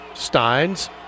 Steins